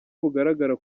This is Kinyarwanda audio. bugaragara